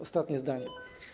Ostatnie zdanie.